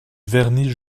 vernis